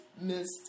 missed